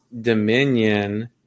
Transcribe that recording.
dominion